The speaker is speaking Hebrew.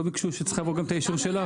לא צריך היה לעבור גם את האישור שלך?